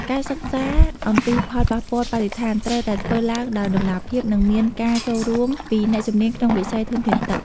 ការសិក្សាអំពីផលប៉ះពាល់បរិស្ថានត្រូវតែធ្វើឡើងដោយតម្លាភាព និងមានការចូលរួមពីអ្នកជំនាញក្នុងវិស័យធនធានទឹក។